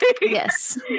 Yes